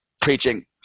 preaching